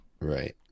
right